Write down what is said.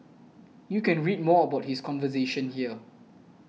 you can read more about his conversation here